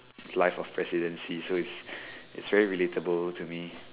life of presidency so it's very relate able to me